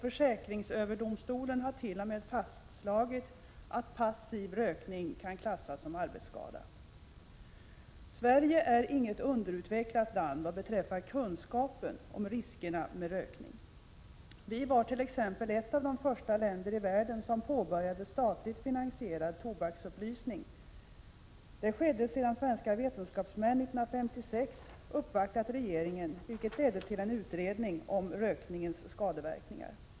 Försäkringsöverdomstolen har t.o.m. fastslagit att passiv rökning kan klassas som arbetsskada. Sverige är inget underutvecklat land beträffande kunskapen om riskerna med rökning. Sverige var t.ex. ett av de första länderna i världen som påbörjade statligt finansierad tobaksupplysning. Det skedde sedan svenska vetenskapsmän 1956 uppvaktat regeringen, vilket ledde till en utredning om rökningens skadeverkningar.